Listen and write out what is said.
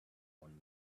one